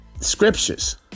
scriptures